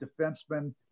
defenseman